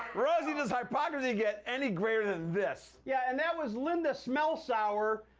rosie, does hypocrisy get any greater than this? yeah, and that was linda smell sour.